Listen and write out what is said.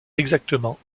exactement